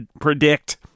predict